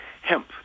hemp